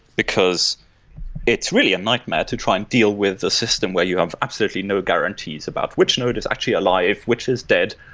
because it's really a nightmare to try and deal with the system where you have absolutely no guarantees about which node is actually alive, which is dead,